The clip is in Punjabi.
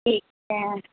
ਠੀਕ ਹੈ